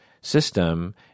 system